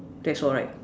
that's all right